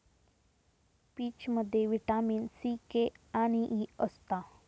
पीचमध्ये vitamin C, K आणि E असता